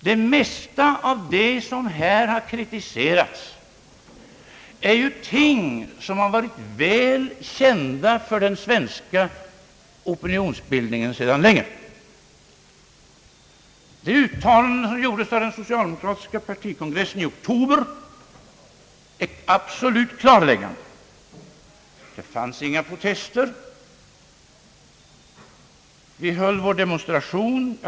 Det mesta av det som här har kritiserats är ju ting som sedan länge varit väl kända för den svenska opinionsbildningen. Det uttalande som gjordes av den socialdemokratiska partikongressen i oktober är absolut klarläggande. Då förekom inga protester. Vi höll vår demonstration den 21 februari.